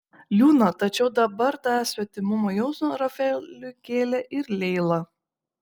liūdna tačiau dabar tą svetimumo jausmą rafaeliui kėlė ir leila